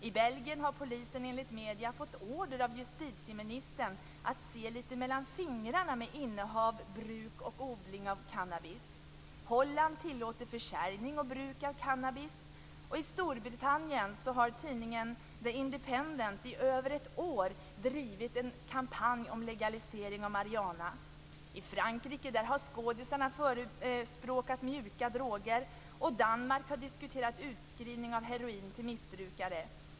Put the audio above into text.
I Belgien har polisen, enligt medierna, fått order av justitieministern att se lite mellan fingrarna med innehav, bruk och odling av cannabis. Holland tillåter försäljning och bruk av cannabis. I Storbritannien har tidningen The Independent i över ett år drivit en kampanj för legalisering av marijuana. I Frankrike har skådisar förespråkat mjuka droger. Danmark har diskuterat utskrivning av heroin till missbrukare.